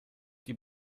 die